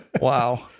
Wow